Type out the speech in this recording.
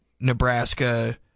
Nebraska